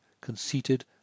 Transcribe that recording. conceited